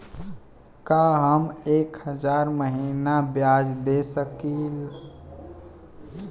का हम एक हज़ार महीना ब्याज दे सकील?